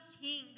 king